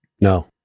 no